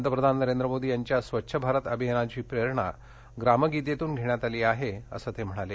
पतप्रधान नरेंद्र मोदी यांच्या स्वच्छ भारत अभियानाची प्रेरणा ग्रामगीतेतून घेण्यात आली आहे असं ते म्हणाले